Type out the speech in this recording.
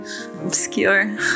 obscure